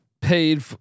paid